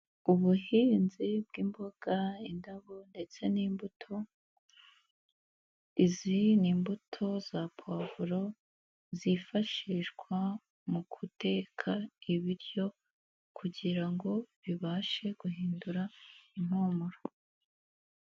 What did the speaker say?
Ubuhinzi bw'imboga, indabo ndetse n'imbuto. Izindi mbuto za povuro zifashishwa mu guteka ibiryo kugira ngo bibashe guhindura impumuro.